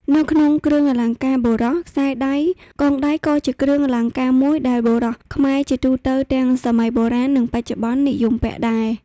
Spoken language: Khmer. នៅក្នុងគ្រឿងអលង្ការបុរស ខ្សែដៃ /កងដៃក៏ជាគ្រឿងអលង្ការមួយដែលបុរសខ្មែរជាទូទៅ ទាំងសម័យបុរាណ និងបច្ចុប្បន្ន និយមពាក់ដែរ។